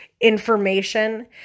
information